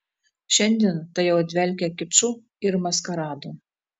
šiandien tai jau dvelkia kiču ir maskaradu